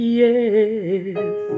yes